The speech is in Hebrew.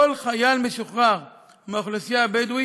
כל חייל משוחרר מהאוכלוסייה הבדואית